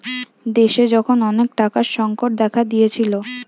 দেশে যখন অনেক টাকার সংকট দেখা দিয়েছিলো